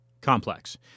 complex